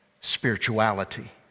spirituality